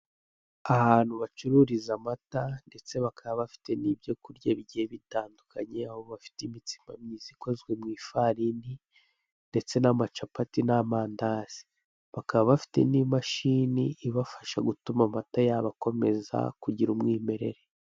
Ahantu bacururiza amata ndetse bakaba bafite n'ibyo kurya bigiye bitandukanye aho bafite imitsima myiza ikozwe mu ifarini ndetse n'amacapati n'amandazi bakaba bafite n'imashini ibafasha gutuma amata yabo akomeza kugira umwimerere.